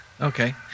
Okay